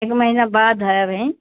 एक महीना बाद है अभी